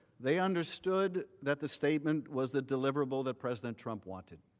they understood that the statement was the deliverable that president trump wanted